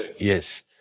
yes